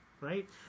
right